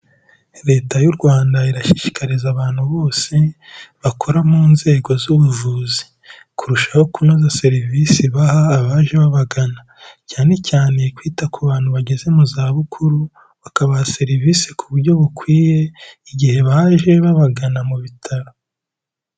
Leta y'u Rwanda irashishikariza abantu bose bakora mu nzego z'ubuvuzi kurushaho kunoza serivisi baha abaje babagana, cyane cyane kwita ku bantu bageze mu zabukuru bakabaha serivisi ku buryo bukwiye igihe baje babagana mu bitaro.